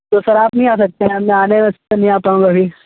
तो सर आप नहीं आ सकते हैं मैं आने में नहीं आ पाऊँगा अभी